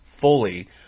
fully